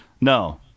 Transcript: No